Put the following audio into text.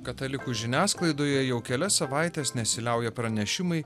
katalikų žiniasklaidoje jau kelias savaites nesiliauja pranešimai